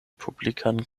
publikan